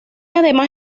además